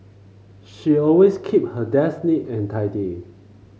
she always keep her desk neat and tidy